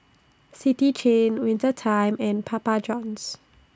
City Chain Winter Time and Papa Johns